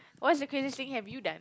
what's the craziest thing have you done